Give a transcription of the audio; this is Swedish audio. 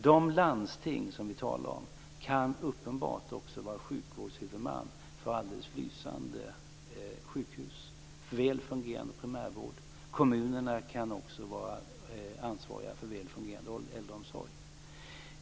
De landsting som vi talar om kan uppenbart vara sjukvårdshuvudmän för alldeles lysande sjukhus och väl fungerande primärvård. Kommunerna kan också vara ansvariga för väl fungerande äldreomsorg.